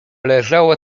leżało